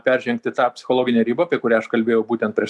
peržengti tą psichologinę ribą apie kurią aš kalbėjau būtent prieš